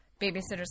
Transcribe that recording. Babysitter's